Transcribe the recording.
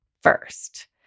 first